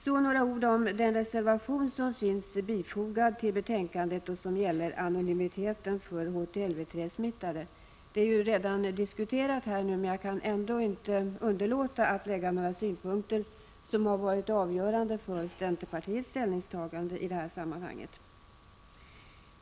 Så några ord om den reservation som finns fogad till betänkandet och som gäller anonymiteten för HTLV-III-smittade. Detta har ju redan diskuterats här, men jag kan ändå inte underlåta att redovisa några synpunkter som har varit avgörande för centerpartiets ställningstagande i detta sammanhang.